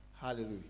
Hallelujah